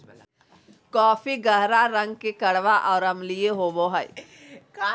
coffee गहरा रंग के कड़वा और अम्लीय होबो हइ